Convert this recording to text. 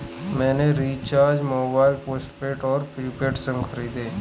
मैंने recharge mobile postpaid और prepaid SIM खरीदे